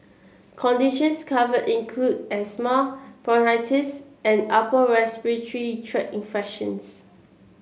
conditions covered include asthma bronchitis and upper respiratory tract infections